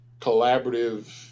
collaborative